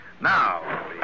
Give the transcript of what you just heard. Now